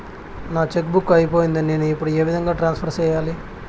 నా cheque book అయిపోయింది నేను ఇప్పుడు ఏ విధంగా ట్రాన్స్ఫర్ సేయాలి?